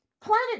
Planet